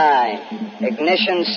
ignition